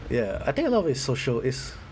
ya I think a lot of is social is